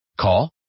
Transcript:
Call